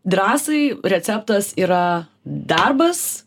drąsai receptas yra darbas